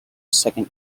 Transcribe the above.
second